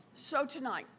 so tonight,